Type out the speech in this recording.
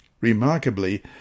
Remarkably